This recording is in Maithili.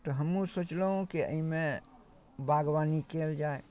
तऽ हमहूँ सोचलहुँ कि एहिमे बागवानी कएल जाए